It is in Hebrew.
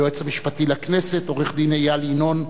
היועץ המשפטי לכנסת עורך-הדין איל ינון,